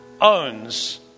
owns